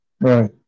Right